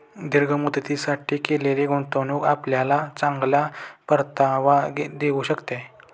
दीर्घ मुदतीसाठी केलेली गुंतवणूक आपल्याला चांगला परतावा देऊ शकते